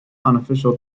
unofficial